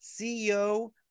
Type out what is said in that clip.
CEO